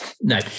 no